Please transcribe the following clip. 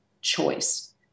choice